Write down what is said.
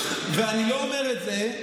ואני לא אומר את זה,